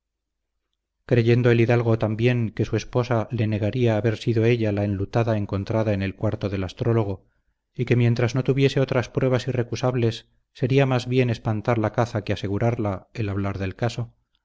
creyendo el hidalgo también que su esposa le negaría haber sido ella la enlutada encontrada en el cuarto del astrólogo y que mientras no tuviese otras pruebas irrecusables sería más bien espantar la caza que asegurarla el hablar del caso